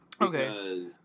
Okay